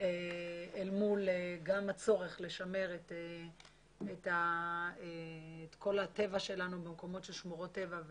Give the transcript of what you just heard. אל מול הצורך לשמר את כל הטבע שלנו במקומות של שמורות טבע,